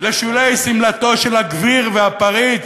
בשולי שמלתו של הגביר והפריץ,